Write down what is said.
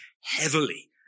heavily